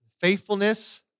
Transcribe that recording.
Faithfulness